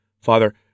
Father